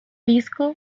disco